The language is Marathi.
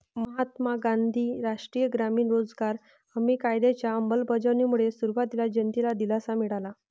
महात्मा गांधी राष्ट्रीय ग्रामीण रोजगार हमी कायद्याच्या अंमलबजावणीमुळे सुरुवातीला जनतेला दिलासा मिळाला